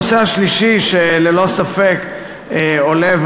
הנושא השלישי שללא ספק עולה,